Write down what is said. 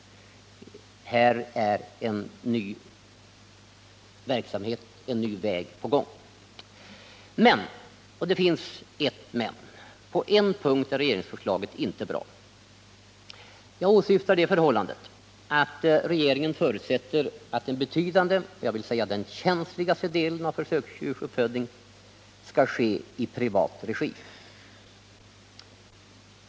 Här har man slagit in på en ny väg. Men - jag vill betona att det finns ett men — på en punkt är regeringsförslaget inte bra. Jag åsyftar det förhållandet att regeringen förutsätter att en betydande, och jag vill säga den känsligaste, delen av försöksdjursuppfödningen skall ske i privat regi.